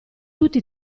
tutti